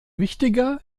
wichtiger